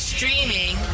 Streaming